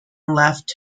left